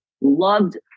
Loved